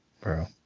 Bro